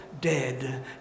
dead